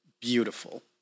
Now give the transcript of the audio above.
beautiful